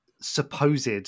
supposed